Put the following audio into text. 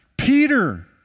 Peter